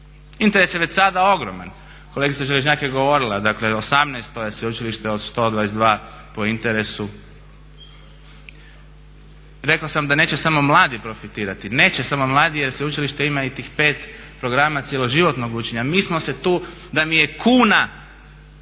Interes je već sada ogroman. Kolegica Želježnjak je govorila 18.je sveučilište od 122 po interesu. Rekao sam da neće samo mladi profitirati, neće samo mladi jer sveučilište ima i tih pet programa cjeloživotnog učenja. Mi smo se tu da mi je kuna